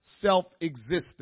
self-existent